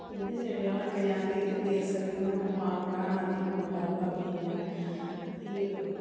എൻ്റെ ചെടികളൊക്കെ ഞാന് നേഴ്സ്റിയില്ന്ന് വാങ്ങുന്നതാണ് അധികവും ഉണ്ടാവുക പിന്നെ ഈ